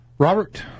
Robert